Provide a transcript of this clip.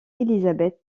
élisabeth